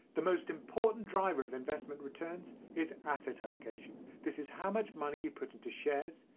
the most important driver of investment returns is asset allocation. this is how much money you put into shares,